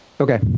Okay